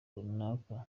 runaka